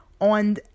on